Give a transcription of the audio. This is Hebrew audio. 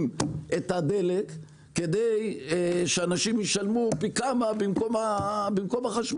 את הדלק כדי שאנשים ישלמו פי כמה במקום החשמל.